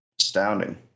astounding